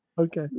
Okay